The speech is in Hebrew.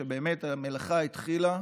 היא שהמלאכה באמת התחילה,